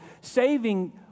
saving